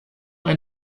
ein